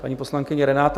Paní poslankyně Renáta